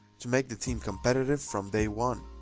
to make the team competitive from day one.